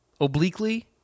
obliquely